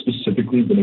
specifically